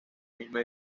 misma